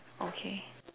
okay